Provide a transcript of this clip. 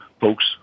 Folks